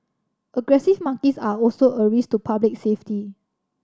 aggressive monkeys are also a risk to public safety